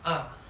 ah